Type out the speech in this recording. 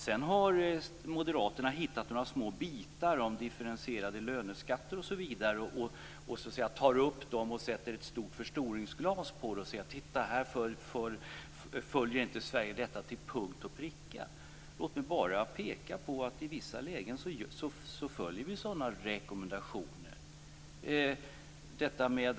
Sedan har moderaterna hittat några små bitar om differentierade löneskatter osv. och tar upp dem och sätter ett förstoringsglas på dem och säger: Titta, här följer inte Sverige detta till punkt och pricka. Låt mig bara peka på att vi i vissa lägen följer sådana rekommendationer.